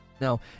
No